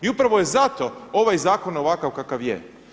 I upravo je zato ovaj zakon ovakav kakav je.